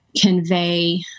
convey